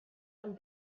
and